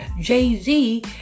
Jay-Z